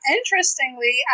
Interestingly